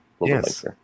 Yes